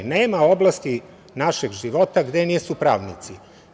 Nema oblasti našeg života gde nisu pravnici.